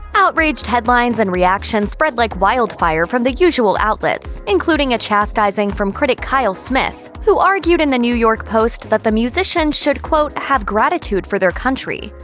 outraged headlines and reactions spread like wildfire from the usual outlets, including a chastising from critic kyle smith, who argued in the new york post that the musicians should, quote, have gratitude for their country.